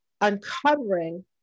uncovering